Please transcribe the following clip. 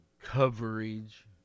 coverage